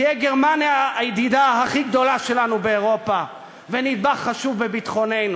תהיה גרמניה הידידה הכי גדולה שלנו באירופה ונדבך חשוב בביטחוננו?